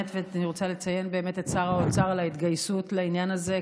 ואני רוצה לציין באמת את שר האוצר על ההתגייסות לעניין הזה,